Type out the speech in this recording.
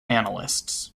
analysts